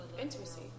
Intimacy